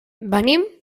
venim